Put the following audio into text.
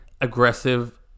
aggressive